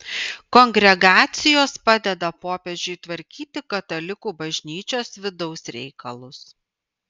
kongregacijos padeda popiežiui tvarkyti katalikų bažnyčios vidaus reikalus